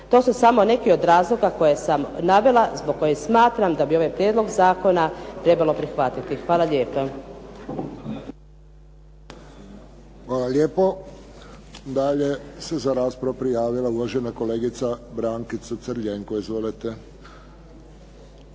To su samo neki od razloga koje sam navela zbog kojeg smatram da bi ovaj prijedlog zakona trebalo prihvatiti. Hvala lijepa. **Friščić, Josip (HSS)** Hvala lijepo. Dalje se za raspravu prijavila uvažena kolegica Brankica Crljenko. Izvolite.